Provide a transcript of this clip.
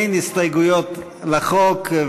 אין הסתייגויות לחוק,